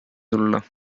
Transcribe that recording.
tulla